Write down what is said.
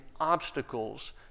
obstacles